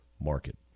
market